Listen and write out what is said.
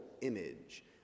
image